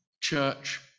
church